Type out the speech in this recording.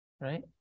right